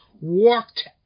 walked